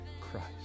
Christ